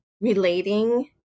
relating